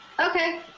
Okay